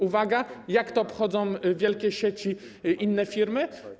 Uwaga: Jak to obchodzą wielkie sieci, inne firmy?